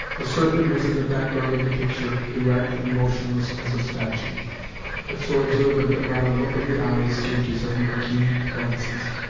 the serpent was in the background of the picture, erect, and motionless as a statue but so observant that not a look of the eye escaped his own keen glances.